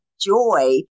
joy